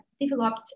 developed